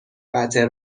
قطع